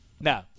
No